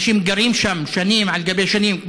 אנשים גרים שם שנים על שנים,